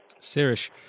Sirish